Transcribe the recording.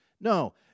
No